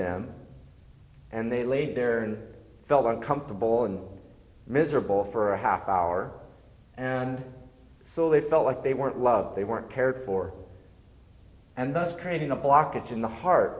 them and they laid there and felt uncomfortable and miserable for a half hour and so they felt like they weren't love they weren't cared for and thus creating a blockage in the heart